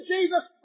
Jesus